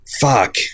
fuck